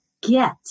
get